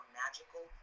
magical